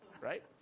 right